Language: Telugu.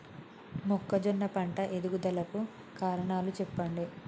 మొక్కజొన్న పంట ఎదుగుదల కు కారణాలు చెప్పండి?